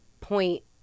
point